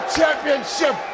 championship